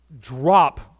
drop